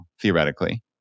theoretically